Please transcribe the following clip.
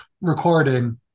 recording